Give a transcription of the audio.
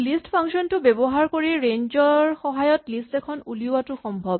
list function টো ব্যৱহাৰ কৰি ৰেঞ্জ ৰ সহায়ত লিষ্ট এখন উলিওৱাটো সম্ভৱ